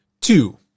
two